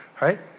right